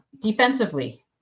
Defensively